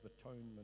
atonement